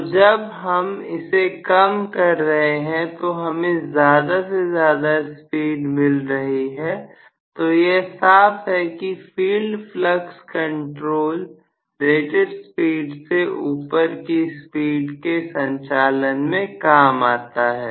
तो जब हम इसे कम कर रहे हैं तो हमें ज्यादा से ज्यादा स्पीड मिल रही है तो यह साफ है कि field flood control rated speed से ऊपर की स्पीड के संचालन में काम आता है